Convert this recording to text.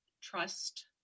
trust